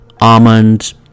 almonds